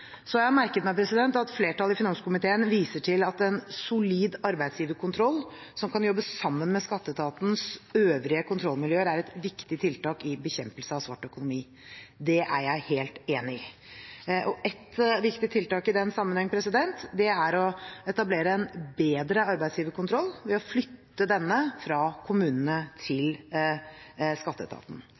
har merket meg at flertallet i finanskomiteen viser til at en solid arbeidsgiverkontroll som kan jobbe sammen med skatteetatens øvrige kontrollmiljøer, er et viktig tiltak i bekjempelsen av svart økonomi. Det er jeg helt enig i. Et viktig tiltak i den sammenhengen er å etablere en bedre arbeidsgiverkontroll ved å flytte denne fra kommunene til skatteetaten.